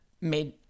made